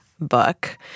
book